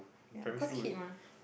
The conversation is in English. ya cause kid mah